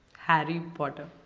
harry potter